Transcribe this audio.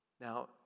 Now